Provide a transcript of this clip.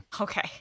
Okay